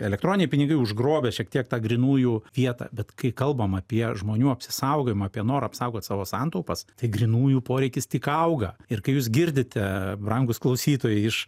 elektroniniai pinigai užgrobę šiek tiek tą grynųjų vietą bet kai kalbam apie žmonių apsisaugojimą apie norą apsaugot savo santaupas tai grynųjų poreikis tik auga ir kai jūs girdite brangūs klausytojai iš